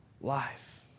life